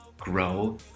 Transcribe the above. grow